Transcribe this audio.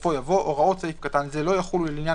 בסופו יבוא "הוראות סעיף קטן זה לא יחולו לעניין